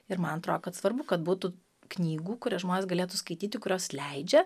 ir man atrodo kad svarbu kad būtų knygų kurias žmonės galėtų skaityti kurios leidžia